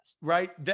Right